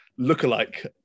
lookalike